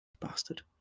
Bastard